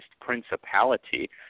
principality